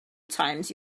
times